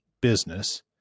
business